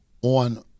on